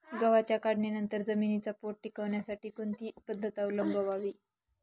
गव्हाच्या काढणीनंतर जमिनीचा पोत टिकवण्यासाठी कोणती पद्धत अवलंबवावी?